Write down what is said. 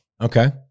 Okay